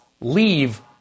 leave